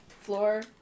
floor